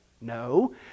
No